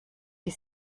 die